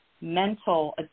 mental